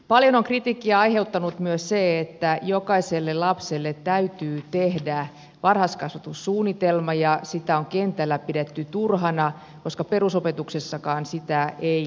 paljon on kritiikkiä aiheuttanut myös se että jokaiselle lapselle täytyy tehdä varhaiskasvatussuunnitelma ja sitä on kentällä pidetty turhana koska perusopetuksessakaan sitä ei tarvita